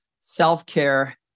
self-care